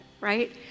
right